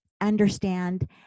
understand